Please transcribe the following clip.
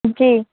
जी